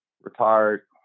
retired